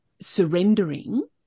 Surrendering